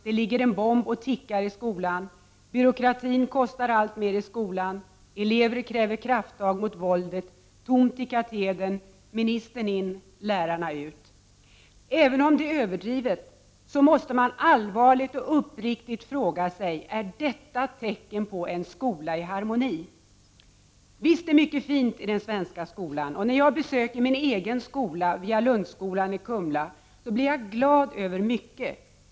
Det ligger en bomb och tickar i skolan Byråkratin kostar alltmer i skolan Även om detta är överdrivet måste man allvarligt och uppriktigt fråga sig: Är detta tecken på en skola i harmoni? Visst är mycket fint i den svenska skolan. När jag besöker min egen skola, Vialundsskolan i Kumla, blir jag glad över mycket.